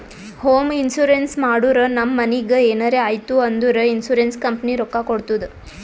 home insurance ಮಾಡುರ್ ನಮ್ ಮನಿಗ್ ಎನರೇ ಆಯ್ತೂ ಅಂದುರ್ ಇನ್ಸೂರೆನ್ಸ್ ಕಂಪನಿ ರೊಕ್ಕಾ ಕೊಡ್ತುದ್